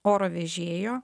oro vežėjo